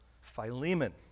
Philemon